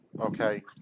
Okay